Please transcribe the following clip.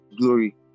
glory